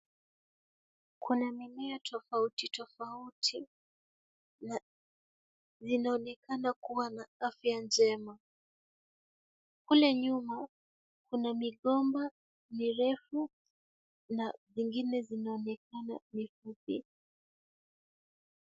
Kuna mimea tofauti tofauti na linaonekana kuwa na afya njema. Kule nyuma kuna migomba mirefu na ingine zinaonekana ni fupi.